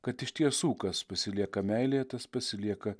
kad iš tiesų kas pasilieka meilėje tas pasilieka